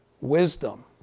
wisdom